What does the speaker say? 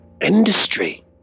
industry